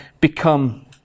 become